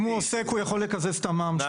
אם הוא עוסק הוא יכול לגלם את התשומות